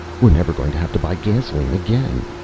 we're never going to have to buy gasoline again.